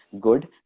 good